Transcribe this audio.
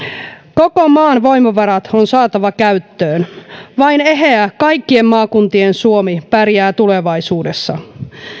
koko maan voimavarat on saatava käyttöön vain eheä kaikkien maakuntien suomi pärjää tulevaisuudessa